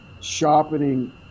sharpening